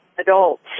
adults